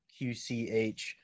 QCH